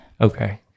Okay